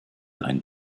ein